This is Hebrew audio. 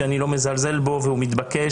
שאני לא מזלזל בו והוא מתבקש,